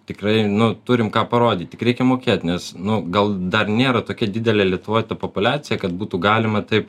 tikrai nu turim ką parodyt tik reikia mokėt nes nu gal dar nėra tokia didelė lietuvoje ta populiacija kad būtų galima taip